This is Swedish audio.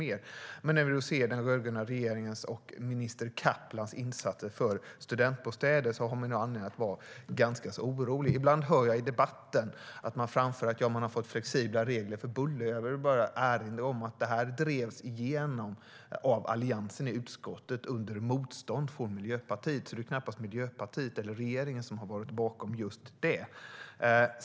När man ser den rödgröna regeringens och minister Kaplans insatser för studentbostäder har man anledning att vara ganska så orolig. Ibland framförs det i debatten att det har blivit flexibla regler för buller. Jag vill bara erinra om att det drevs igenom av allianspartierna i utskottet under motstånd från Miljöpartiet, så det är knappast Miljöpartiet eller regeringen som har stått bakom just det.